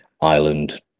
Ireland